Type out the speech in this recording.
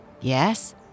Yes